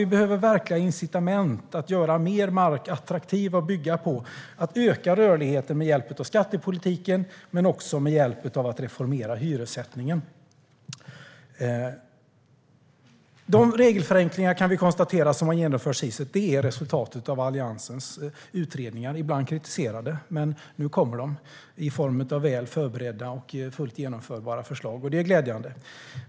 Vi behöver verkliga incitament för att göra mark attraktiv att bygga på och öka rörligheten med hjälp av skattepolitiken men också med hjälp av en reformering av hyressättningen. Vi kan konstatera att de regelförenklingar som hittills har genomförts är resultatet av Alliansens utredningar - ibland kritiserade - som nu kommer i form av väl förberedda och fullt genomförbara förslag. Det är glädjande.